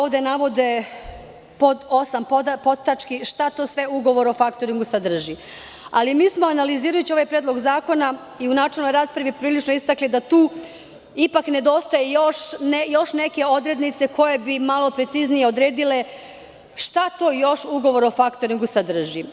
Ovde se navode pod 8. podtački šta to sve ugovor o faktoringu sadrži, ali analizirajući ovaj predlog zakona i u načelnoj raspravi prilično istakli da tu ipak nedostaju još neke odrednice koje bi malo preciznije odredile šta to još ugovor o faktoringu sadrži.